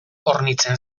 hornitzen